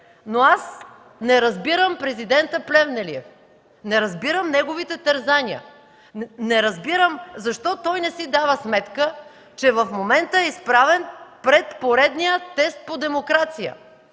Но аз не разбирам президента Плевнелиев. Не разбирам неговите терзания. Не разбирам защо той не си дава сметка, че в момента е изправен пред поредният тест по демокрация,